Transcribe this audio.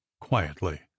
QUIETLY